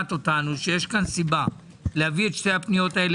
משכנעת אותנו שיש כאן סיבה שצריך להביא את שני הדברים האלה